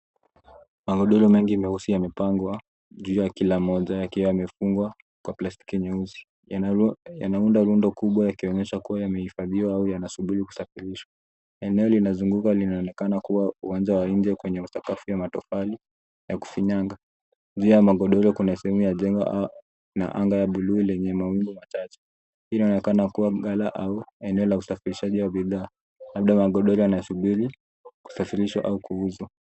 Magodoro mengi meusi yamepangwa juu ya kila moja yakiwa yamefungwa kwa plastiki nyeusi. Yanaunda rundo kubwa, yakionyesha kuwa yamehifadhiwa au yanasubiri kusafirishwa. Eneo linazunguka linaonekana kuwa uwanja wa nje kwenye sakafu ya matofali ya kufinyanga. Juu ya magodoro kuna sehemu ya juu na anga ya buluu lenye mawingu machache. Inaonekana kuwa ghala au eneo la usafirishaji wa bidhaa. Labda magodoro yanasubiri kusafirishwa au kuuzwa.